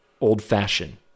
old-fashioned